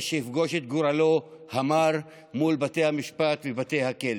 שיפגוש את גורלו המר מול בתי המשפט ובתי הכלא.